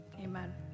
Amen